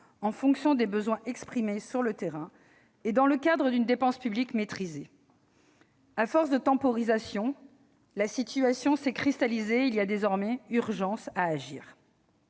en fonction des besoins exprimés sur le terrain et dans le cadre d'une dépense publique maîtrisée. À force de temporisations, la situation s'est cristallisée : il y a désormais urgence à agir.